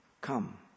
come